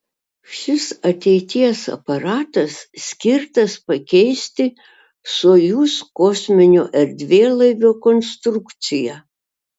šis ateities aparatas skirtas pakeisti sojuz kosminio erdvėlaivio konstrukciją